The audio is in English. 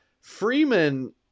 Freeman